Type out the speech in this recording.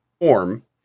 form